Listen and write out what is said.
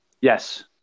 Yes